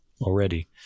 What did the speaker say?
already